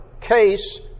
case